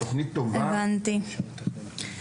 זו תוכנית שהיא תוכנית טובה ומשמעותית.